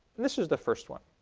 and this is the first one